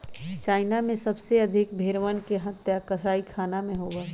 China में सबसे अधिक भेंड़वन के हत्या कसाईखाना में होबा हई